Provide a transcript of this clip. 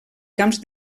camps